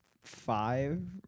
five